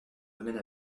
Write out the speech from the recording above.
domaine